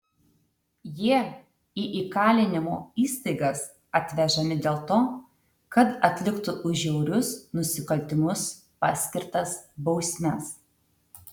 jie į įkalinimo įstaigas atvežami dėl to kad atliktų už žiaurius nusikaltimus paskirtas bausmes